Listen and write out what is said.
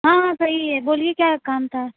ہاں ہاں صحیح ہے بولیے کیا کام تھا